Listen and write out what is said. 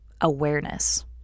awareness